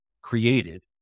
created